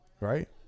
Right